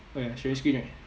oh ya sharing screen right